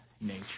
nature